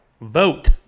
Vote